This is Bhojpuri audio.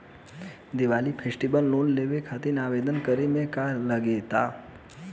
दिवाली फेस्टिवल लोन लेवे खातिर आवेदन करे म का का लगा तऽ?